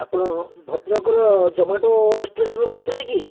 ଆପଣ ଭଦ୍ରକର ଜମାଟୋ ରେଷ୍ଟୁରାଣ୍ଟରୁ କହୁଥିଲେ କି